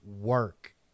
work